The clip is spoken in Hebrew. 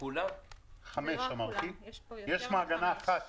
יש מעגנה אחת